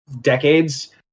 decades